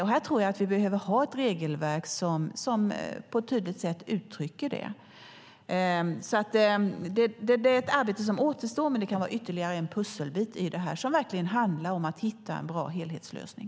Här tror jag att vi behöver ett regelverk som på ett tydligt sätt uttrycker vad som gäller. Det är ett arbete som återstår, men det kan vara en ytterligare pusselbit i det som verkligen handlar om att hitta en bra helhetslösning.